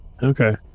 Okay